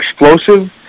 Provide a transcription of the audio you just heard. explosive